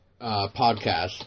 podcast